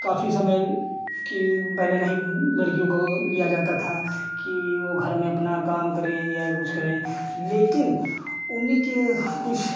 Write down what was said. काफ़ी समय कि पहले नहीं लड़कियों को लिया जाता था कि वह घर में अपना काम करें या कुछ करें लेकिन उन्हीं के कुछ